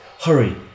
Hurry